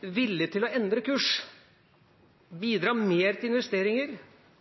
villig til å endre kurs, bidra mer til investeringer